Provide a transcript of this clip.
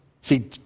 See